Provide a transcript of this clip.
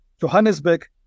Johannesburg